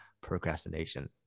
procrastination